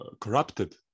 corrupted